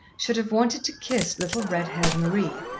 should have wanted to kiss little, red-haired marie,